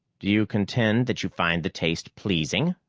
do you contend that you find the taste pleasing?